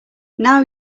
now